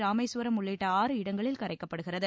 ராமேஸ்வரம் உள்ளிட்ட ஆறு இடங்களில் கரைக்கப்படுகிறது